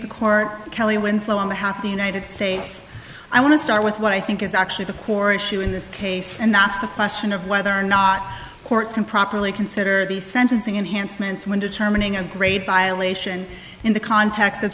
the court kelly winslow on behalf of the united states i want to start with what i think is actually the core issue in this case and that's the question of whether or not courts can properly consider the sentencing enhancements when determining a great violation in the context of